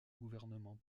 gouvernement